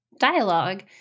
dialogue